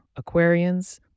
Aquarians